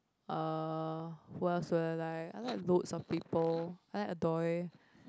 uh who else do I like I like loads of people I like Adoy